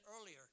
earlier